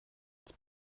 als